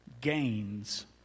gains